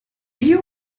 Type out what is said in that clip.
you